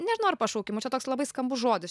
nežinau ar pašaukimu čia toks labai skambus žodis